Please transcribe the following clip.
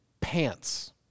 Pants